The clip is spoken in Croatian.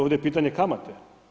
Ovdje je pitanje kamate.